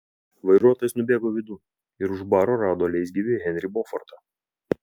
vairuotojas nubėgo vidun ir už baro rado leisgyvį henrį bofortą